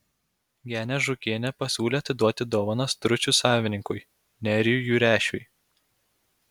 genė žūkienė pasiūlė atiduoti dovaną stručių savininkui nerijui jurešiui